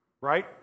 Right